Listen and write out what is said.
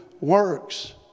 Works